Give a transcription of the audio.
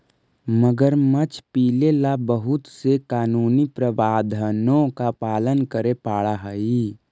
मगरमच्छ पीले ला बहुत से कानूनी प्रावधानों का पालन करे पडा हई